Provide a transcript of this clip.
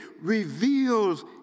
reveals